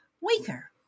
weaker